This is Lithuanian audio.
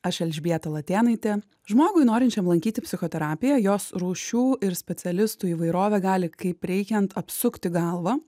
aš elžbieta latėnaitė žmogui norinčiam lankyti psichoterapiją jos rūšių ir specialistų įvairovė gali kaip reikiant apsukti galvą